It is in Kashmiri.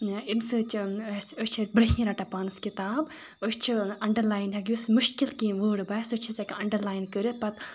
ایٚمہِ سۭتۍ چھِ اَسہِ أسۍ چھِ اَتھ بِرنٛہہ کِنۍ رَٹان پانَس کِتاب أسۍ چھِ انڈَرلایِن ہٮ۪کہِ یُس مُشکِل کینٛہہ وٲڑ باسہِ سُہ چھِ أسۍ ہٮ۪کان اَنڈَرلایِن کٔرِتھ پَتہٕ